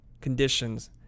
conditions